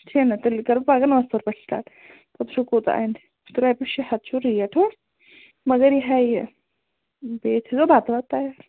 چھےٚ نہٕ تیٚلہِ کَرٕ بہٕ پَگاہ ناسپورٕ پٮ۪ٹھ سِٹاٹ پَتہٕ وُچھو کوٗتاہ اَنٛدِ تہٕ رۄپیس شیٚے ہتھ چھَو ریٹ مگر یِہَے یہِ بیٚیہِ تھٲوۍزیٚو بَتہٕ وَتہٕ تیار